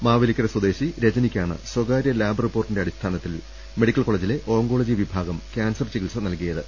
മാവേലിക്കര സ്വദേശി രജനിക്കാണ് സ്വകാര്യ ലാബ് റിപ്പോർട്ടിന്റെ അടിസ്ഥാന ത്തിൽ മെഡിക്കൽ കോളേജിലെ ഓങ്കോളജി വിഭാഗം ക്യാൻസർ ചികിത്സ നൽകി യത്